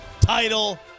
Title